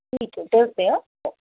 ठीक आहे ठेवते हं हो